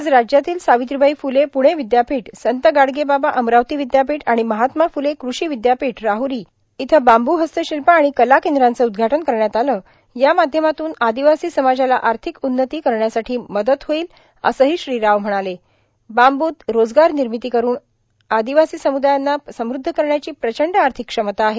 आज राज्यातील सार्गावत्रीबाई फुले पुणे विद्यापीठ संत गाडगे बाबा अमरावती विद्यापीठ र्आाण महात्मा फुले कृषां विद्यापीठ राहुरो येथे बांबू हर्स्ताशल्प आर्णण कला कद्रांचे उद्धघाटन करण्यात आले या माध्यमातून आर्ादवासी समाजाला आर्थिक उन्नत करण्यासाठी मदत होईल असंहो श्री राव म्हणाले बांबूत रोजगार र्नामती करून आर्दवासी समुदायांना समुद्ध करण्याची प्रचंड आर्थिक क्षमता आहे